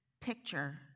picture